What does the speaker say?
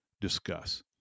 discuss